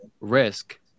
risk